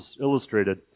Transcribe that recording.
Illustrated